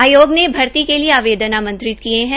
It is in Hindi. आयोग ने भर्ती के लिये आवेदन आमंति किये है